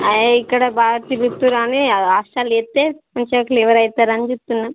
అవి ఇక్కడ బాగా తిరుగుతుర్రుని హాస్టల్లో వేస్తే మంచిగా క్లవర్ అవుతారని చెప్తున్నాను